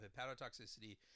hepatotoxicity